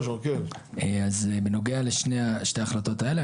אז בנוגע לשתי ההחלטות האלה,